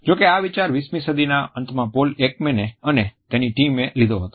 જો કે આ વિચાર 20મી સદીના અંતમાં પોલ એકમેન અને તેની ટીમ એ લીધો હતો